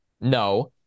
no